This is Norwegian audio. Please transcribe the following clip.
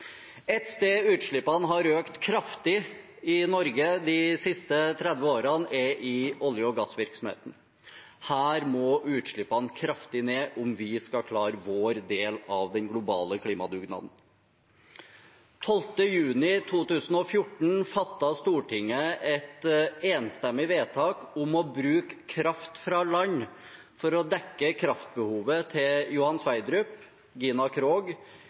Et sted utslippene har økt kraftig i Norge de siste 30 årene, er i olje- og gassvirksomheten. Her må utslippene kraftig ned om vi skal klare vår del av den globale klimadugnaden. Den 12. juni 2014 fattet Stortinget et enstemmig vedtak om å bruke kraft fra land for å dekke kraftbehovet på Johan Sverdrup, Gina Krog,